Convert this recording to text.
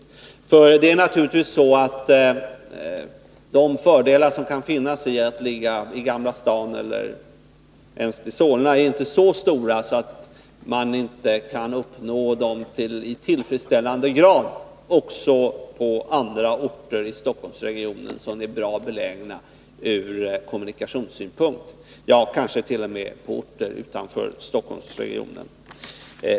De fördelar som finns i att en myndighet ligger i Gamla stan eller i Solna är naturligtvis inte så stora att de inte i tillfredsställande grad kan uppnås också på ur kommunikationssynpunkt bra belägna, andra orter inom Stockholmsregionen, ja, kanske t.o.m. på orter utanför Stockholmsregionen.